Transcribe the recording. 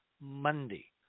Monday